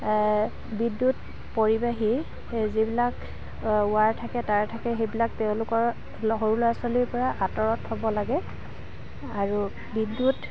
বিদ্যুৎ পৰিবাহী যিবিলাক ৱায়াৰ থাকে তাঁৰ থাকে সেইবিলাক তেওঁলোকৰ সৰু ল'ৰা ছোৱালীৰ পৰা আঁতৰত থ'ব লাগে আৰু বিদ্যুৎ